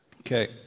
Okay